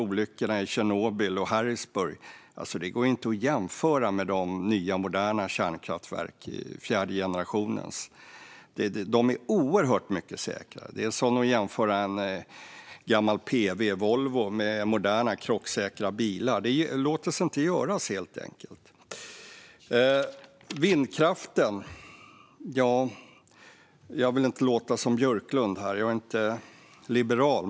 Olyckorna i Tjernobyl och Harrisburg går inte att jämföra med de nya, moderna kärnkraftverken i fjärde generationen. Det är som att jämföra en gammal PV-Volvo med moderna, krocksäkra bilar. Det låter sig inte göras, helt enkelt. Mats Berglund nämner vindkraften. Jag vill inte låta som Björklund här; jag är inte liberal.